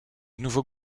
nouveau